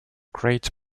great